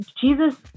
Jesus